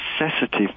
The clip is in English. necessity